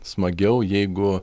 smagiau jeigu